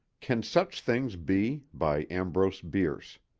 can such things be? by ambrose bierce